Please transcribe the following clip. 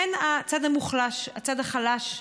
הן הצד המוחלש, הצד החלש במשוואה.